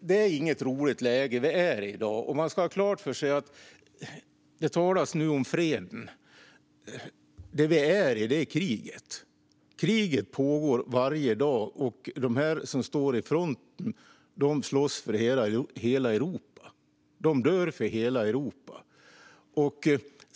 Det är inget roligt läge vi i dag är i. Det talas nu om freden, men man ska ha klart för sig att det vi är i är kriget. Kriget pågår varje dag, och de som står vid fronten slåss för hela Europa. De dör för hela Europa.